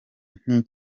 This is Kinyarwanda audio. nti